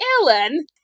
Ellen